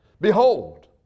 Behold